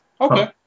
Okay